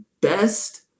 best